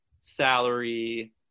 salary